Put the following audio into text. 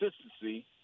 consistency